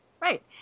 Right